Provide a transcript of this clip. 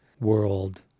world